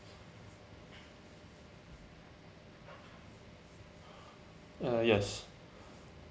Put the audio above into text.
uh yes